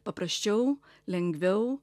paprasčiau lengviau